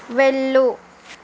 వెళ్ళు